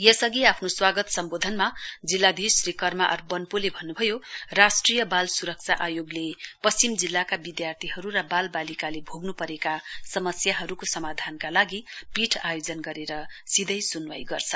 यसअघि आफ्नो स्वागत सम्बोधनमा जिल्लाधीश श्री कर्मा आज बन्पोले भन्नुभयो राष्ट्रिय बाल सुरक्षा आयोगले पश्चिम जिल्लाका विद्यार्थीहरू र बालबालिकाले भोग्नु परेका समस्याहरूको समाधानका लागि पीठ आयोजन गरेर सीधै सुनवाई गर्छ